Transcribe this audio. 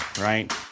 right